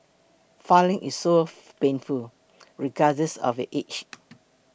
filling is so painful regardless of your age